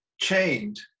chained